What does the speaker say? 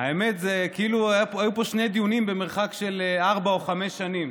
האמת היא שזה כאילו היו פה שני דיונים במרחק של ארבע או חמש שנים.